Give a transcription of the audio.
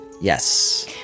Yes